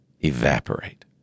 evaporate